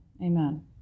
Amen